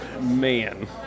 man